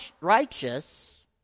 righteous